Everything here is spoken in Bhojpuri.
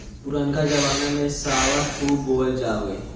पुरनका जमाना में सावा खूब बोअल जाओ